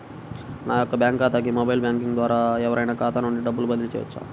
నా యొక్క బ్యాంక్ ఖాతాకి మొబైల్ బ్యాంకింగ్ ద్వారా ఎవరైనా ఖాతా నుండి డబ్బు బదిలీ చేయవచ్చా?